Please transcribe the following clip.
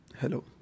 hello